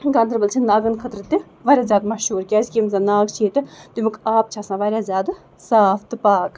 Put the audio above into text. گاندربل چھِ ناگن خٲطرٕ تہِ واریاہ زیادٕ م شہوٗر کیٛازِکہِ یِم زَن ناگ چھِ ییٚتہِ تَمیُک آب چھِ آسان واریاہ زیادٕ صاف تہٕ پاک